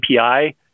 API